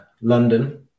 London